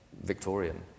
Victorian